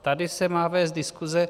Tady se má vést diskuse.